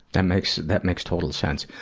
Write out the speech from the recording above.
that makes that makes total sense.